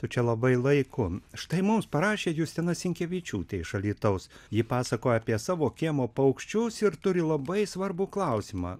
tu čia labai laiku štai mums parašė justina sinkevičiūtė iš alytaus ji pasakoja apie savo kiemo paukščius ir turi labai svarbų klausimą